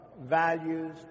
values